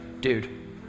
dude